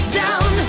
down